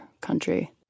country